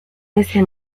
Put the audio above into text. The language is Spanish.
ese